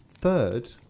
third